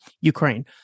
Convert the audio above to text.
Ukraine